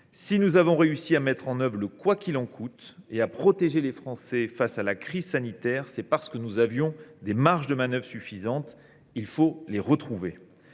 Si nous avons réussi à mettre en œuvre le « quoi qu’il en coûte » et à protéger les Français face à la crise sanitaire, c’est parce que nous avions des marges de manœuvre suffisantes pour le faire.